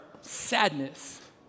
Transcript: sadness